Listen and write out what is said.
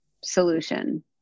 solution